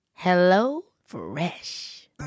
HelloFresh